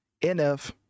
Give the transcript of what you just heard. nf